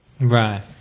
Right